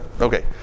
Okay